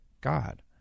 God